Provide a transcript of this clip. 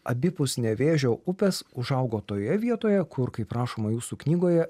abipus nevėžio upės užaugo toje vietoje kur kaip rašoma jūsų knygoje